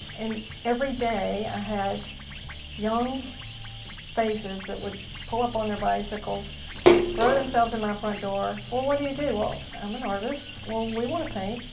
and every day i had young faces that would pull up on their bicycles throw themselves in my front door. well, what do you do? i'm an artist. well, we want to paint.